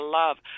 love